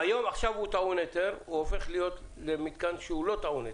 ביום הוא טעון היתר והוא הופך להיות מתקן שלא טעון היתר.